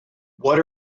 what